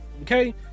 Okay